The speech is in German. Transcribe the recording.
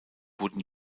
wurden